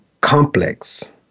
complex